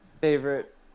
favorite